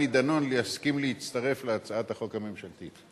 דנון להסכים להצטרף להצעת החוק הממשלתית.